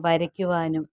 വരയ്ക്കുവാനും